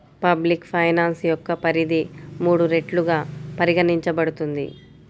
public finance యొక్క పరిధి మూడు రెట్లుగా పరిగణించబడుతుంది